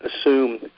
assume